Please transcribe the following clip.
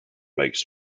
makes